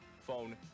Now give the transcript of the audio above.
phone